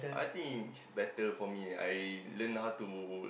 I think is better for me I learn how to